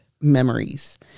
memories